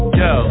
yo